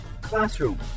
classroom